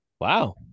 wow